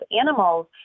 animals